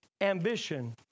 ambition